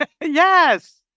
Yes